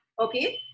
okay